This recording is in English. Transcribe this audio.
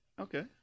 Okay